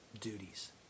duties